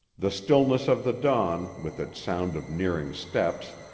the stillness of the dawn, with its sound of nearing steps,